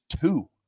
two